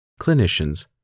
clinicians